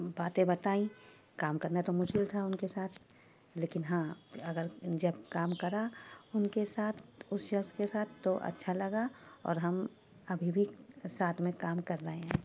باتیں بتائیں کام کرنا تو مشکل تھا ان کے ساتھ لیکن ہاں اگر جب کام کرا ان کے ساتھ اس شخص کے ساتھ تو اچھا لگا اور ہم ابھی بھی ساتھ میں کام کر رہے ہیں